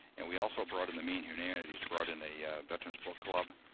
and we also brought in the maine humanities, brought in a veteran's book club.